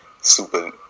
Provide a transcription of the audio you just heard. super